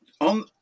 on